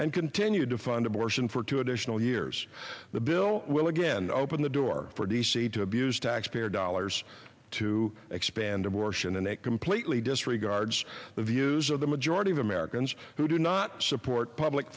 and continue to fund abortion for two additional years the bill will again open the door for d c to abuse taxpayer dollars to expand abortion and it completely disregards the views of the majority of americans who do not support public